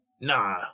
Nah